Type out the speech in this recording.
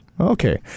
okay